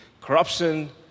corruption